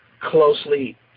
closely